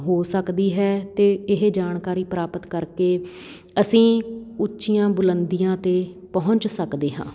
ਹੋ ਸਕਦੀ ਹੈ ਅਤੇ ਇਹ ਜਾਣਕਾਰੀ ਪ੍ਰਾਪਤ ਕਰਕੇ ਅਸੀਂ ਉੱਚੀਆਂ ਬੁਲੰਦੀਆਂ 'ਤੇ ਪਹੁੰਚ ਸਕਦੇ ਹਾਂ